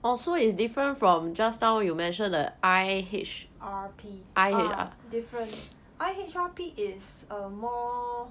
R_P ah different I_H_R_P is um more